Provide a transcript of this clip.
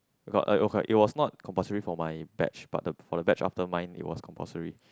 but uh okay it was not compulsory for my batch but for the batch after mine it was compulsory